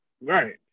Right